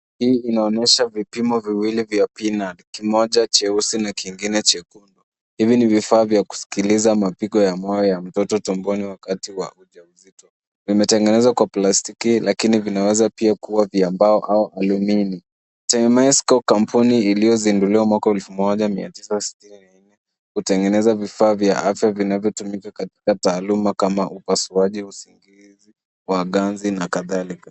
Hii inaonyesha vipimo viwili vya peanut, kimoja jeusi na kingine jekundu. Hivi ni vifaa vya kusikiliza mapigo ya moyo ya mtoto tumboni wakati wa ujauzito. Limetengenezwa kwa plastiki lakini vinaweza pia kuwa vya mbao au alimini. Tehemaiscope kampuni iliyozinduliwa mwaka wa elfu moja mia tisa sitini na nne kutengeneza vifaa vya afya vinavyotumia katika taaluma kama upasuaji wa ganzi na kadhalika.